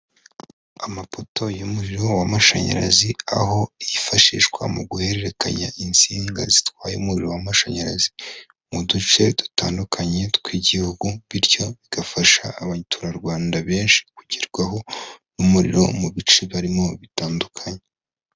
Amapoto y'umuriro w'amashanyarazi aho yifashishwa mu guhererekanya insinga zitwaye umuriro w'amashanyarazi mu duce dutandukanye tw'igihugu, bityo bigafasha abaturarwanda benshi kugerwaho n'umuriro mu bice barimo bitandukanye.